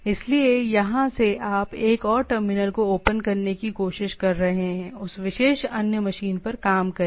इसलिए यहां से आप एक और टर्मिनल को ओपन करने की कोशिश कर रहे हैं उस विशेष अन्य मशीन पर काम करें